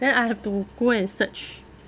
then I have to go and search